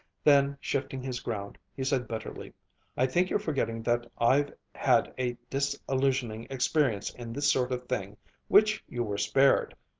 then, shifting his ground, he said bitterly i think you're forgetting that i've had a disillusionizing experience in this sort of thing which you were spared.